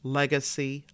legacy